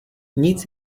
nic